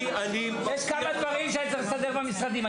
יש כמה דברים שאני צריך לסדר במשרדים.